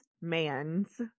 mans